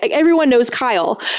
like everyone knows kyle.